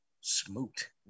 Smoot